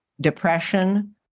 depression